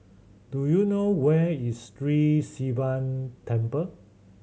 do you know where is Sri Sivan Temple